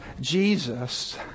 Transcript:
Jesus